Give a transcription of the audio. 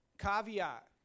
Caveat